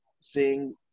seeing